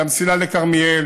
את המסילה לכרמיאל,